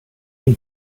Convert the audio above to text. and